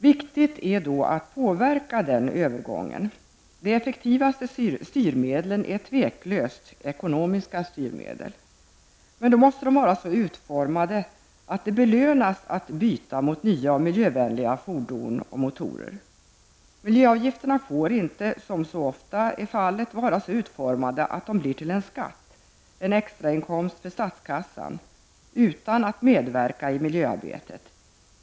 Det är då viktigt att påverka denna övergång. De mest effektiva styrmedlen är otvivelaktigt ekonomiska styrmedel. Men dessa måste vara så utformade att det belönas att byta mot nya och miljövänliga fordon och motorer. Miljöavgifterna får inte, som så ofta nu är fallet, vara så utformade att de blir en skatt, en extrainkomst för statskassan, utan att de bidrar till miljöarbetet.